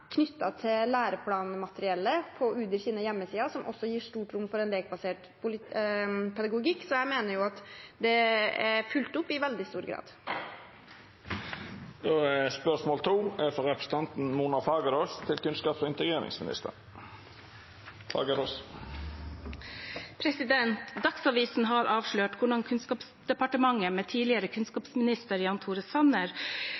til læreplanmateriellet, på Utdanningsdirektoratets hjemmesider, som også gir stort rom for en lekbasert pedagogikk. Så jeg mener at det er fulgt opp i veldig stor grad. «Dagsavisen har avslørt hvordan Kunnskapsdepartementet med tidligere kunnskapsminister Jan Tore Sanner i spissen har